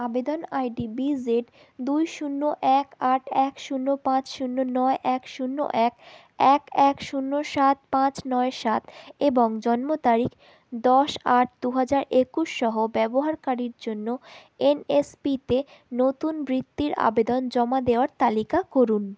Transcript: আবেদন ID B Z দুই শূন্য এক আট এক শূন্য পাঁচ শূন্য নয় এক শূন্য এক এক এক শূন্য সাত পাঁচ নয় সাত এবং জন্ম তারিখ দশ আট দু হাজার একুশ সহ ব্যবহারকারীর জন্য এন এস পিতে নতুন বৃত্তির আবেদন জমা দেওয়ার তালিকা করুন